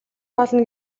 болно